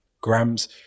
grams